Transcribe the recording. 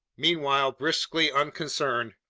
meanwhile, briskly unconcerned,